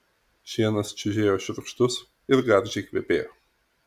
šienas čiužėjo šiurkštus ir gardžiai kvepėjo